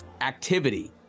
activity